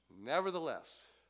Nevertheless